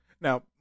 Now